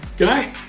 goodnight.